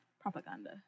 propaganda